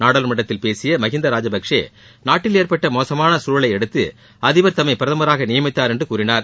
நாடாளுமன்றத்தில் பேசிய மகிந்தா ராஜபக்சே நாட்டில் ஏற்பட்ட மோசமான சூழலையடுத்து அதிபர் தம்மை பிரதமராக நியமித்தார் என்று கூறினார்